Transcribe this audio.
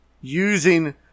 using